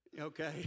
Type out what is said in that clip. Okay